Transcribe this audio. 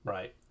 Right